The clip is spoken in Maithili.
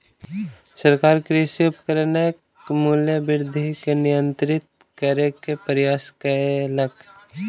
सरकार कृषि उपकरणक मूल्य वृद्धि के नियंत्रित करै के प्रयास कयलक